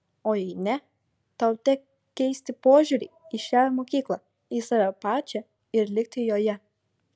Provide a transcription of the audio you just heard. o jei ne tau tek keisti požiūrį į šią mokyklą į save pačią ir likti joje